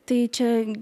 tai čia